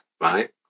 right